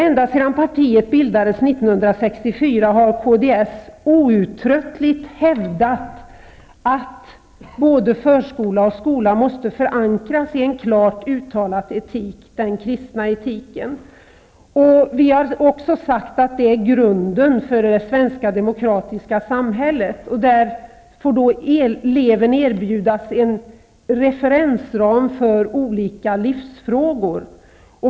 Ända sedan partiet bildades 1964 har kds outtröttligt hävdat att både förskola och skola måste förankras i en klart uttalad etik, den kristna etiken. Vi har också sagt att det är grunden för det svenska demokratiska samhället. Där får eleven erbjudas en referensram för olika livsfrågor.